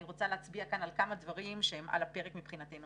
אני רוצה להצביע כאן על כמה דברים שהם על הפרק מבחינתנו.